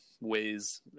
ways